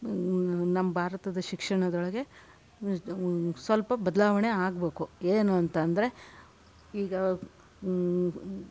ನಮ್ಮ ಭಾರತದ ಶಿಕ್ಷಣದೊಳಗೆ ಸ್ವಲ್ಪ ಬದಲಾವಣೆ ಆಗ್ಬೇಕು ಏನು ಅಂತ ಅಂದರೆ ಈಗ